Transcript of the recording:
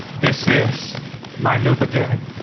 this is my new beginning.